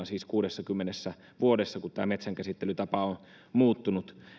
siis kuudessakymmenessä vuodessa kun tämä metsänkäsittelytapa on muuttunut